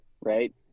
right